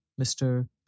Mr